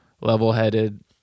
level-headed